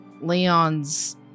Leon's